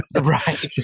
Right